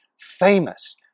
famous